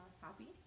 Happy